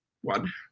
one